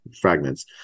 fragments